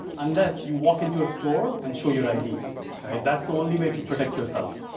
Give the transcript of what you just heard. unless you walk into a store and show your id right? that's the only way to protect yourself.